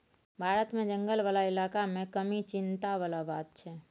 भारत मे जंगल बला इलाका मे कमी चिंता बला बात छै